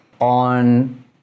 on